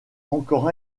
encore